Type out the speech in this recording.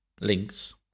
links